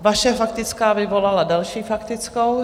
Vaše faktická vyvolala další faktickou.